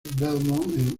belmont